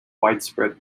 widespread